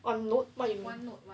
on note what note